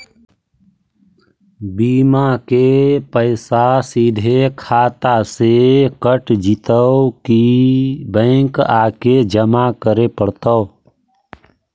बिमा के पैसा सिधे खाता से कट जितै कि बैंक आके जमा करे पड़तै?